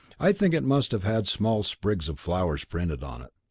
i think it must have had small sprigs of flowers printed on it.